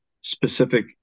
specific